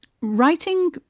Writing